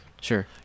sure